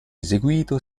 eseguito